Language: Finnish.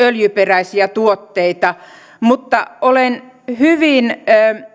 öljyperäisiä tuotteita mutta olen hyvin